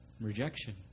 rejection